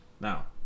Now